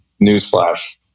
newsflash